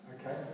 Okay